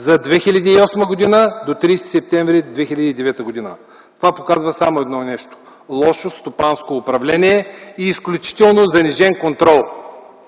от 2008 г. до 30 септември 2009 г. Това показва само едно нещо: лошо стопанско управление и изключително занижен контрол.